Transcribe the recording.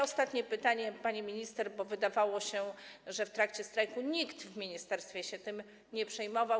Ostatnie pytanie, pani minister, bo wydawało się, że w trakcie strajku nikt w ministerstwie się tym nie przejmował.